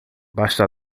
basta